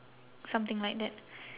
something like that